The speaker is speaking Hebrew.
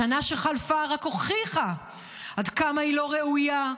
השנה שחלפה רק הוכיחה עד כמה היא לא ראויה,